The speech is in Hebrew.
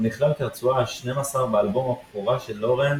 הוא נכלל כרצועה ה-12 באלבום הבכורה של לורנס,